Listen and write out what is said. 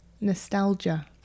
nostalgia